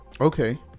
okay